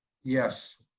yes.